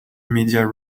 media